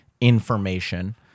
information